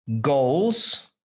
goals